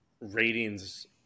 ratings